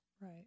Right